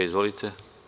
Izvolite.